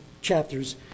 chapters